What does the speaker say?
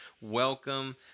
Welcome